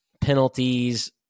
penalties